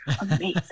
amazing